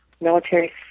military